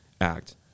act